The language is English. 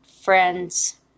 friends